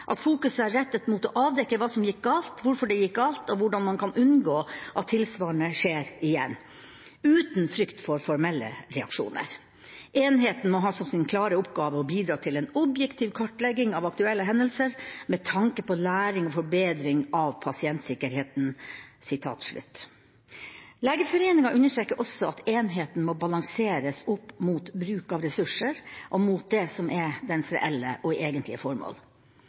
at fokuset er rettet mot å avdekke hva som gikk galt, hvorfor det gikk galt og hvordan man kan unngå at tilsvarende skjer igjen, uten frykt for formelle reaksjoner. Enheten må ha som sin klare oppgave å bidra til en objektiv kartlegging av aktuelle hendelser, med tanke på læring og forbedring av pasientsikkerheten.» Legeforeningen understreker også at enheten må balanseres opp mot bruk av ressurser og mot det som er dens reelle og egentlige formål.